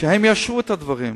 שהם יאשרו את הדברים.